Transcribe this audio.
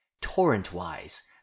torrent-wise